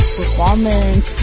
performance